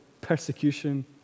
persecution